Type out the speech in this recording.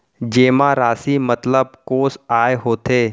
जेमा राशि मतलब कोस आय होथे?